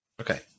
Okay